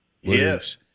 Yes